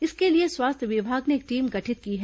इसके लिए स्वास्थ्य विभाग ने एक टीम गठित की है